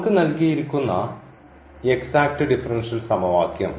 നമുക്ക് നൽകിയിരിക്കുന്ന exact differential സമവാക്യം